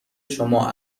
شما